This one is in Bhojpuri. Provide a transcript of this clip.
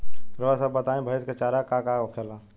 रउआ सभ बताई भईस क चारा का का होखेला?